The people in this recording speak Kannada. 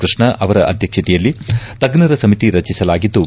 ಕೃಷ್ಣ ಅವರ ಅಧ್ಯಕ್ಷತೆಯಲ್ಲಿ ತಜ್ಞರ ಸಮಿತಿ ರಚಿಸಲಾಗಿದ್ದು